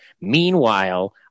Meanwhile